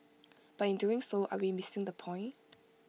but in doing so are we missing the point